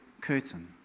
curtain